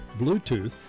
Bluetooth